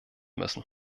müssen